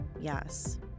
yes